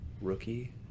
Rookie